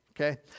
okay